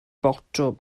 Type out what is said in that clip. botwm